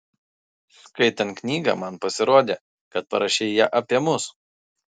skaitant knygą man pasirodė kad parašei ją apie mus